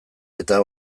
eta